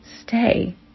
stay